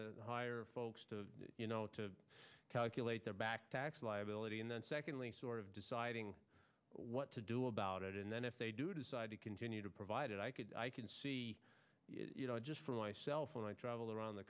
to hire folks to you know to calculate their back tax liability and then secondly sort of deciding what to do about it and then if they do decide to continue to provide it i could i can see just for myself and i travel around the